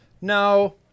no